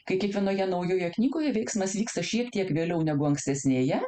kai kiekvienoje naujoje knygoje veiksmas vyksta šiek tiek vėliau negu ankstesnėje